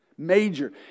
Major